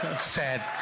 Sad